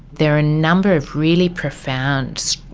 there are a number of really profound,